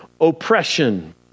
oppression